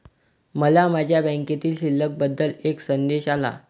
मला माझ्या बँकेतील शिल्लक बद्दल एक संदेश आला